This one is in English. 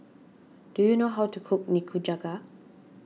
do you know how to cook Nikujaga